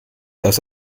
dass